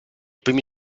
primi